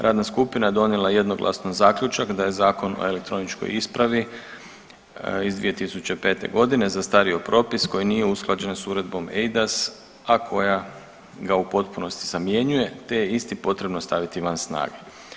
Radna skupina donijela je jednoglasno zaključak da je Zakon o elektroničkoj ispravi iz 2005. godine zastario propis koji nije usklađen sa Uredbom EIDAS, a koja ga u potpunosti zamjenjuje te je isti potrebno staviti van snage.